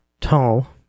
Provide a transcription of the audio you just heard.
tall